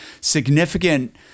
significant